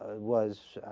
was